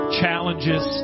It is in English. challenges